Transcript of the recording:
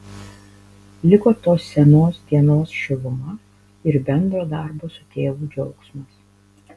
liko tos senos dienos šiluma ir bendro darbo su tėvu džiaugsmas